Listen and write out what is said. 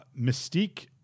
Mystique